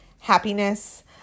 happiness